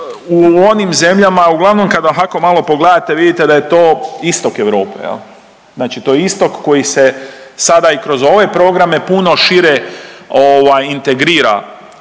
u onim zemljama uglavnom kada ovako malo pogledate vidite da je to Istok Europe, znači to je isto koji se sada i kroz ove programe puno šire integrira